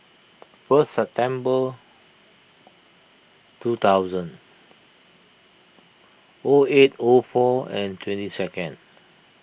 first September two thousand O eight O four and twenty second